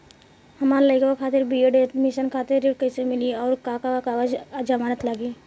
हमार लइका खातिर बी.ए एडमिशन खातिर ऋण कइसे मिली और का का कागज आ जमानत लागी?